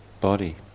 body